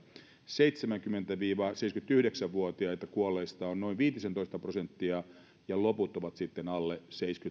seitsemänkymmentä viiva seitsemänkymmentäyhdeksän vuotiaita kuolleista on noin viitisentoista prosenttia ja loput ovat sitten alle